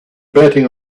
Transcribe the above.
betting